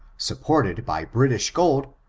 supported by british gold,